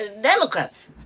Democrats